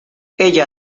ella